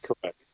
Correct